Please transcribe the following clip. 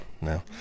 no